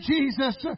Jesus